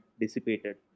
dissipated